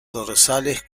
dorsales